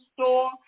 store